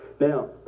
Now